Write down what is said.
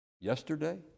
yesterday